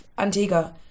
Antigua